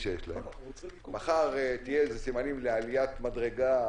מחר יהיו איזשהם סימנים לעליית מדרגה,